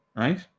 Right